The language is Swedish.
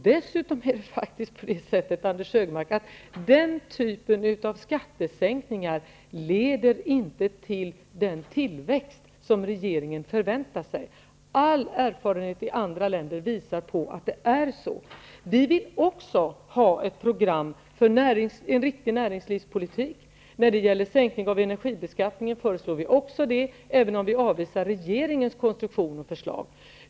Dessutom leder inte den typen av skattesänkningar till den tillväxt som regeringen förväntar sig. All erfarenhet från andra länder visar att det är så. Även vi Socialdemokrater vill ha ett program för en riktig näringslivspolitik. Vi föreslår också en sänkning av energibeskattningen, men vi avvisar regeringens konstruktion och förslag.